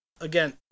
Again